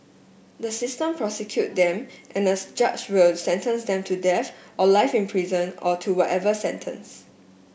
the system prosecute them and a judge will sentence them to death or life in prison or to whatever sentence